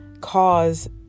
cause